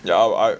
ya but I